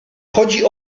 chodzi